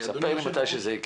ספר לי מתי שזה יקרה.